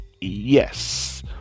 yes